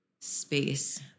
space